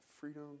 freedom